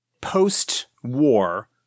post-war